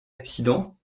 accident